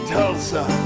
Tulsa